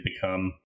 become